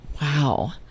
Wow